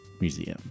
museum